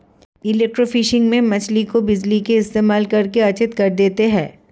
electrofishing में मछली को बिजली का इस्तेमाल करके अचेत कर देते हैं